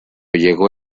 llegó